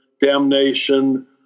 damnation